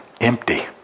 empty